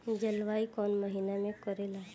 जलवायु कौन महीना में करेला?